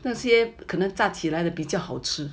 那些可能炸起来的比较好吃